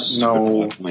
no